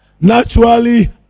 naturally